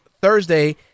Thursday